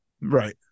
Right